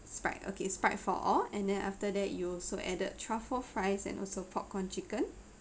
sprite okay sprite for all and then after that you also added truffle fries and also popcorn chicken